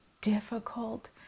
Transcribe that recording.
difficult